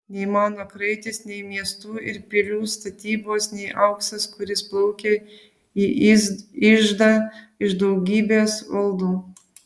nei mano kraitis nei miestų ir pilių statybos nei auksas kuris plaukia į iždą iš daugybės valdų